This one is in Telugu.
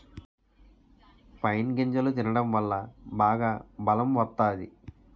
పైన్ గింజలు తినడం వల్ల బాగా బలం వత్తాది